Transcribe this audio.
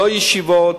לא ישיבות,